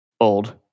old